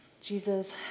Jesus